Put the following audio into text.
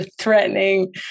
threatening